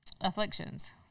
afflictions